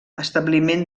establiment